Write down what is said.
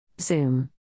Zoom